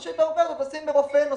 או ברופא נוסף.